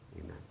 Amen